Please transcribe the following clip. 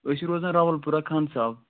أسۍ چھِ روزان راول پوٗرا خان صاحب